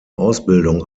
ausbildung